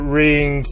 ring